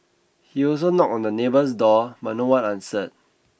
he also knocked on the neighbour's door but no one answered